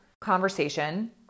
conversation